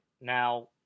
Now